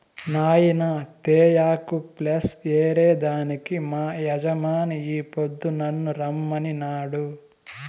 నాయినా తేయాకు ప్లస్ ఏరే దానికి మా యజమాని ఈ పొద్దు నన్ను రమ్మనినాడు